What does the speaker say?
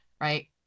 right